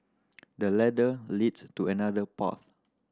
the ladder leads to another path